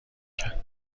کرد